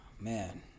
Man